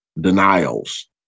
denials